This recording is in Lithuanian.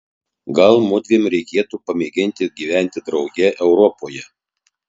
gal mudviem reikėtų pamėginti gyventi drauge europoje